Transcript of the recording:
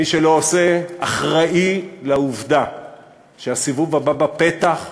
מי שלא עושה אחראי לעובדה שהסיבוב הבא בפתח,